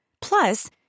Plus